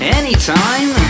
anytime